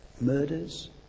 murders